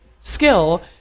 skill